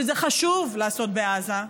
שחשוב לעשות בעזה,